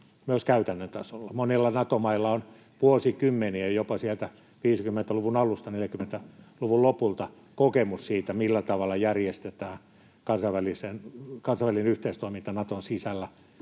myös käytännön tasolla. Monilla Nato-mailla on vuosikymmenien — jopa sieltä 50-luvun alusta ja 40-luvun lopulta — kokemus siitä, millä tavalla järjestetään kansainvälinen yhteistoiminta Naton sisällä